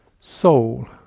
soul